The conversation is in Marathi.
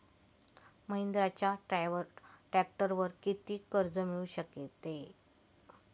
महिंद्राच्या ट्रॅक्टरवर किती कर्ज मिळू शकते?